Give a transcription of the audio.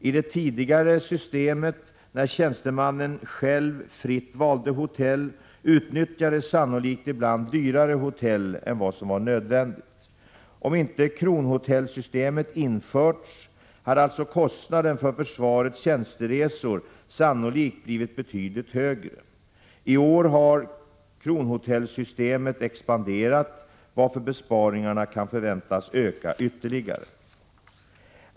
I det tidigare systemet när tjänstemannen själv fritt valde hotell utnyttjades sannolikt ibland dyrare hotell än vad som var nödvändigt. Om inte Kronhotellsystemet införts, hade alltså kostnaden för försvarets tjänsteresor sannolikt blivit betydligt högre. I år har Kronhotellsystemet expanderat, varför besparingarna kan förväntas öka ytterligare.